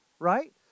right